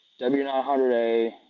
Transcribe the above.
W900A